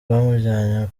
bamujyanye